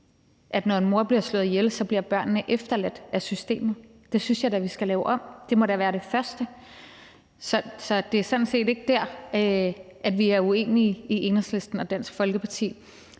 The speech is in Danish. at når en mor bliver slået ihjel, så bliver børnene efterladt af systemet. Det synes jeg da vi skal lave om. Det må da være det første. Så det er sådan set ikke der, Enhedslisten og Dansk Folkeparti